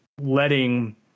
letting